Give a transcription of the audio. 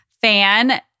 fan